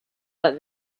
that